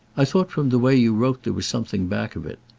i thought from the way you wrote there was something back of it.